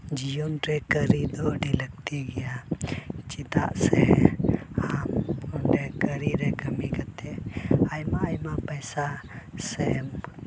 ᱡᱤᱭᱚᱱ ᱨᱮ ᱠᱟᱹᱨᱤ ᱫᱚ ᱟᱹᱰᱤ ᱞᱟᱹᱠᱛᱤ ᱜᱮᱭᱟ ᱪᱮᱫᱟᱜ ᱥᱮ ᱟᱢ ᱚᱸᱰᱮ ᱠᱟᱹᱨᱤ ᱨᱮ ᱠᱟᱹᱢᱤ ᱠᱟᱛᱮ ᱟᱭᱢᱟ ᱟᱭᱢᱟ ᱯᱚᱭᱥᱟ ᱥᱮᱢ